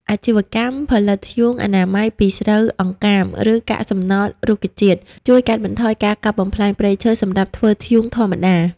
អាជីវកម្មផលិតធ្យូងអនាម័យពីស្រូវអង្កាម ឬកាកសំណល់រុក្ខជាតិ ជួយកាត់បន្ថយការកាប់បំផ្លាញព្រៃឈើសម្រាប់ធ្វើធ្យូងធម្មតា។